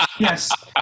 Yes